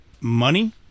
money